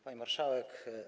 Pani Marszałek!